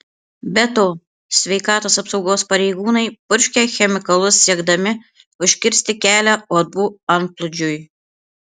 be to sveikatos apsaugos pareigūnai purškia chemikalus siekdami užkirsti kelią uodų antplūdžiui